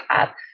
up